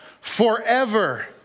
forever